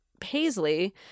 Paisley